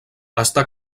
està